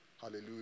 Hallelujah